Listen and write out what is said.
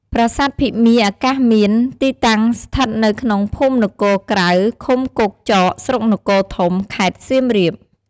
ប្រាសាទភិមាអាកាសមាន ទីតាំងស្ថិតនៅក្នុងភូមិនគរក្រៅ ឃុំគោកចក ស្រុកនគរធំ ខេត្តសៀមរាប។